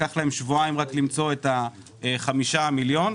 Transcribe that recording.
לקח להם שבועיים למצוא את ה-5 מיליון.